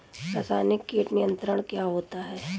रसायनिक कीट नियंत्रण क्या होता है?